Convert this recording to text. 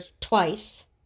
twice